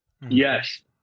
Yes